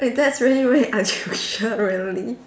eh that's really very unusual really